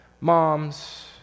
moms